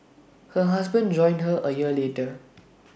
her husband joined her A year later